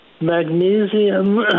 magnesium